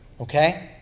Okay